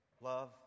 love